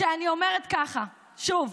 שאני אומרת ככה: שוב,